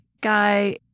guy